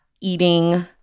eating